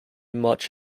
much